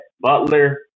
Butler